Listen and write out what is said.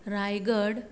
Raigad